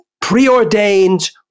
preordained